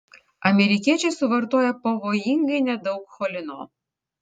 amerikiečiai suvartoja pavojingai nedaug cholino